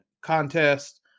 contest